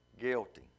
guilty